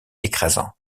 écrasante